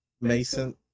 Mason